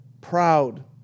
proud